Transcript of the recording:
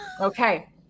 Okay